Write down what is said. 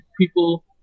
people